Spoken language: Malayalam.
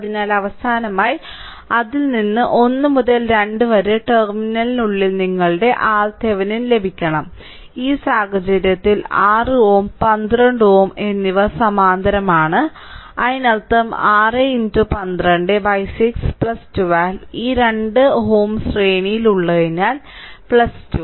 അതിനാൽ അവസാനമായി അതിൽ നിന്ന് 1 മുതൽ 2 വരെ ടെർമിനലിനുള്ളിൽ നിങ്ങളുടെ RThevenin ലഭിക്കണം ഈ സാഹചര്യത്തിൽ 6 Ω 12Ω എന്നിവ സമാന്തരമാണ് അതിനർത്ഥം 6 126 12 ഈ 2Ω ശ്രേണിയിൽ ഉള്ളതിനാൽ 2